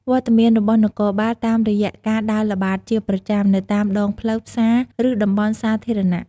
វត្តមានរបស់នគរបាលតាមរយៈការដើរល្បាតជាប្រចាំ នៅតាមដងផ្លូវ ផ្សារ ឬតំបន់សាធារណៈ។